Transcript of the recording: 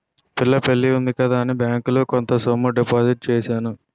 పిల్ల పెళ్లి ఉంది కదా అని బ్యాంకులో కొంత సొమ్ము డిపాజిట్ చేశాను